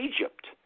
Egypt